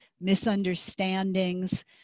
misunderstandings